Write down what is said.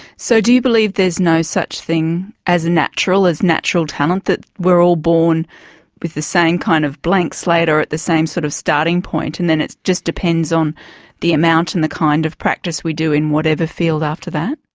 so do you believe there's no such thing as a natural, as natural talent that we're all born with the same kind of blank slate or at the same sort of starting point and then it just depends on the amount and the kind of practice we do in whatever field after that?